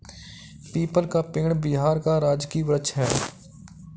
people का पेड़ बिहार का राजकीय वृक्ष है